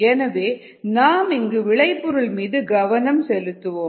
எனவே நாம் இங்கு விளைபொருள் மீது கவனம் செலுத்துவோம்